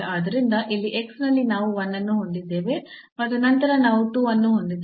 ಆದ್ದರಿಂದ ಇಲ್ಲಿ x ನಲ್ಲಿ ನಾವು 1 ಅನ್ನು ಹೊಂದಿದ್ದೇವೆ ಮತ್ತು ನಂತರ ನಾವು 2 ಅನ್ನು ಹೊಂದಿದ್ದೇವೆ